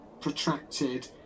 protracted